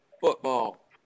football